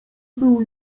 był